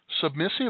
submissive